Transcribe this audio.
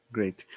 Great